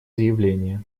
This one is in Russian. заявление